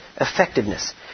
effectiveness